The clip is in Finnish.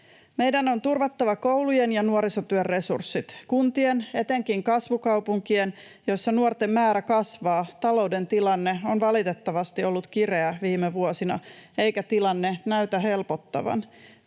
Meidän on turvattava koulujen ja nuorisotyön resurssit. Kuntien, etenkin kasvukaupunkien, joissa nuorten määrä kasvaa, talouden tilanne on valitettavasti ollut kireä viime vuosina, eikä tilanne näytä helpottavan.